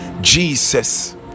Jesus